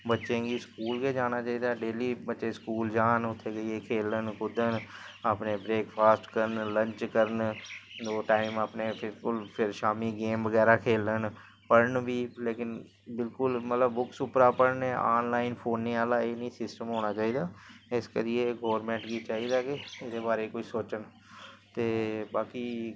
बच्चें गी स्कूल गै जाना चाहिदा ऐ डेली बच्चे स्कूल जान उत्थै जाइयै खेलन कुद्दन अपने ब्रेकफास्ट करन लंच करन दौ टाइम अपने बिल्कुल फिर शामीं गेम बगैरा खेलन पढ़न बी लेकिन बिल्कुल मतलब बुक्स उप्परा पढ़न आनलाइन फोनै आह्ला एह् निं सिस्टम होना चाहिदा ते इस करियै गौरमैंट गी चाहिदा ऐ कि एह्दे बारै कुछ सोचन ते बाकी